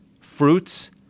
fruits